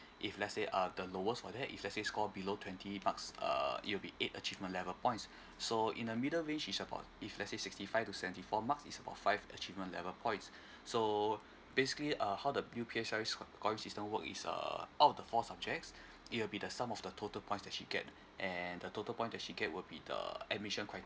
if let's say uh the lowest for that if let's say score below twenty marks uh it will be eight achievement level points so in a middle range is about if let's say sixty five to seventy four mark is about five achievement level points so basically uh how the system work is err out of the four subjects it will be the sum of the total points that she get and the total point that she get will be the admission criteria